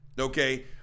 Okay